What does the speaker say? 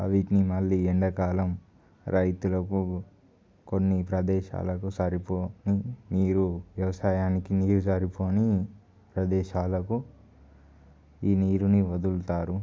వీటిని మళ్లీ ఎండాకాలం రైతులకు కొన్ని ప్రదేశాలకు సరిపోనీ నీరు వ్యవసాయానికి నీరు సరిపోనీ ప్రదేశాలకు ఈ నీరుని వదులుతారు